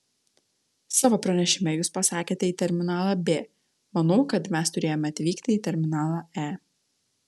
savo pranešime jūs pasakėte į terminalą b manau kad mes turėjome atvykti į terminalą e